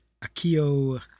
Akio